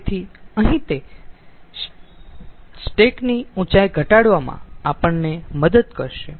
તેથી અહીં તે સ્ટેક ની ઉંચાઈ ઘટાડવામાં આપણને મદદ કરશે